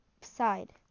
side